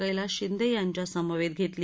कैलास शिदें यांच्या समवेत घेतली